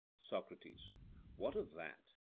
socrates what of that!